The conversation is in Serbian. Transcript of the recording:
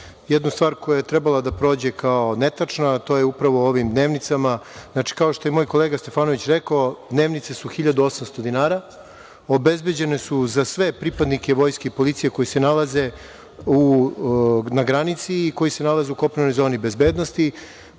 jednu stvar koja je trebala da prođe kao netačna, a to je upravo o ovim dnevnicama. Znači, kao što je i moj kolega Stefanović rekao, dnevnice su 1800 dinara. Obezbeđene su za sve pripadnike vojske i policije koji se nalaze na granici i koji se nalaze u kopnenoj zoni bezbednosti.